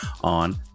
on